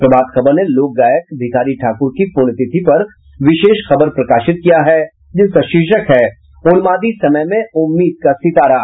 प्रभात खबर ने लोक गायक भिखारी ठाकुर की पुण्यतिथि पर विशेष खबर प्रकाशित किया है जिसका शीर्षक है उन्मादी समय में उम्मीद का सितारा